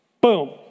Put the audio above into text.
Boom